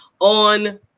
on